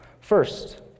First